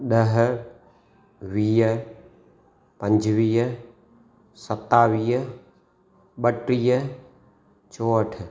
ॾह वीह पंजवीह सतावीह ॿटीह चोहठ